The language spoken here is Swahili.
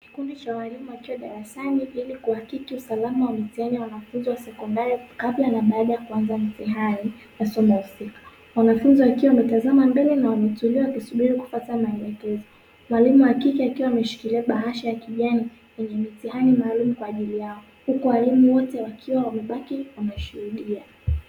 Kikundi cha walimu wakiwa darasani ili kuhakiki usalama wa mitihani ya wanafunzi wa sekondari kabla na baada ya kuanza mitihani wa somo husika. Wanafunzi wakiwa wametazama mbele na wametulia wakisubiri kufwata maelekezo. Mwamlimu wa kike akiwa ameshikilia bahasha ya kijani yenye mitihani maalumu kwaajili yao huku walimu wote wakiwa wamebaki wanashuhudia.